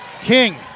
King